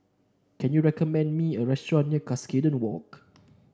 can you recommend me a restaurant near Cuscaden Walk